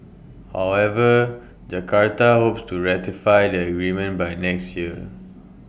however Jakarta hopes to ratify the agreement by next year